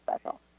special